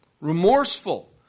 remorseful